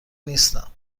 نیستم